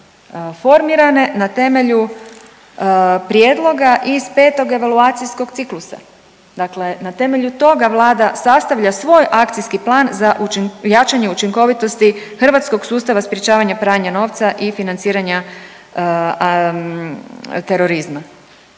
formirane na temelju prijedloga iz 5. evaluacijskog ciklusa. Dakle, na temelju toga Vlada sastavlja svoj Akcijski plan za jačanje učinkovitosti hrvatskog sustava sprječavanja pranja novca i financiranja terorizma.